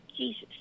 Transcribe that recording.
Jesus